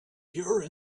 pure